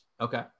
Okay